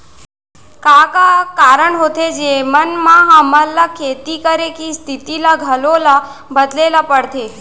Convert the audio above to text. का का कारण होथे जेमन मा हमन ला खेती करे के स्तिथि ला घलो ला बदले ला पड़थे?